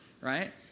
Right